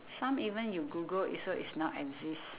some even you google is so it's not exist